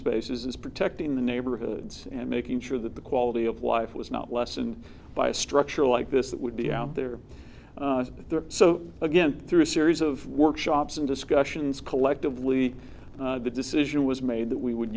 spaces protecting the neighborhoods and making sure that the quality of life was not lessened by a structure like this that would be out there so again through a series of workshops and discussions collectively the decision was made that we would